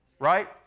Right